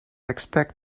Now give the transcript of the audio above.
expect